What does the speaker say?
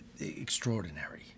extraordinary